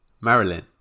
Marilyn